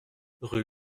rue